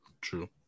True